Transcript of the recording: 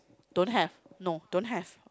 don't have no don't have